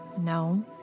No